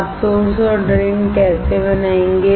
आप सोर्स और ड्रेन कैसे बनाएंगे